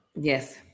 Yes